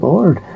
Lord